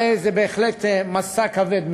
הרי זה בהחלט משא כבד מאוד.